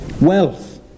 Wealth